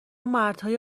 مردهای